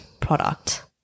product